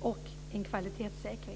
och en kvalitetssäkring.